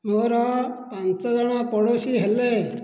ମୋର ପାଞ୍ଚ ଜଣ ପଡ଼ୋଶୀ ହେଲେ